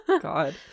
God